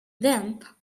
then